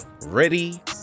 ready